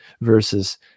versus